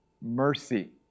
mercy